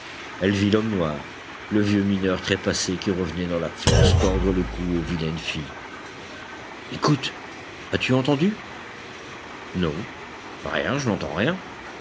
elle vit l'homme noir le vieux mineur trépassé qui revenait dans la fosse tordre le cou aux vilaines filles écoute as-tu entendu non rien je n'entends rien